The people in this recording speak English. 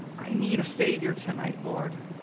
i need a savior tonight, lord.